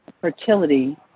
fertility